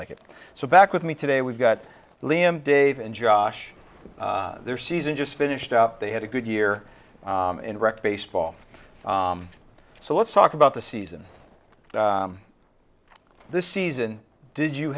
like it so back with me today we've got liam dave and josh their season just finished up they had a good year in rec baseball so let's talk about the season this season did you